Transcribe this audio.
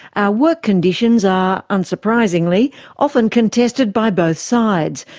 our work conditions are unsurprisingly often contested by both sides,